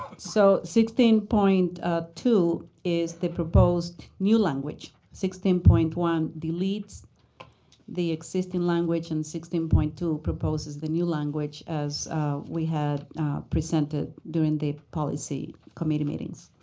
so sixteen point two is the proposed new language. sixteen point one deletes the existing language, and sixteen point two proposes the new language as we had presented during the policy committee meetings.